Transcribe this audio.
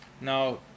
Now